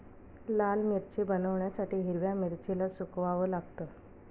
लाल मिरची बनवण्यासाठी हिरव्या मिरचीला सुकवाव लागतं